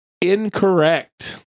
Incorrect